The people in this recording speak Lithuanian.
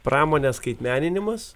pramonės skaitmeninimas